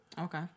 Okay